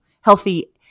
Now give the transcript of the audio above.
healthy